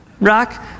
Rock